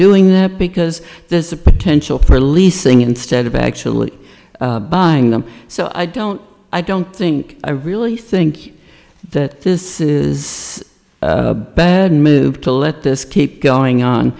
doing that because there's a potential for leasing instead of actually buying them so i don't i don't think i really think that this is a bad move to let this keep going on